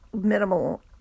minimal